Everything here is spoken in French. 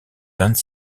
vingt